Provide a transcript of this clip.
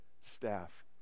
staff